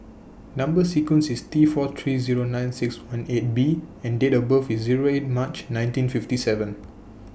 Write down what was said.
Number sequence IS T four three Zero nine six one eight B and Date of birth IS Zero eight March nineteen fifty seven